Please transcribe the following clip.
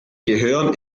gehören